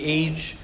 age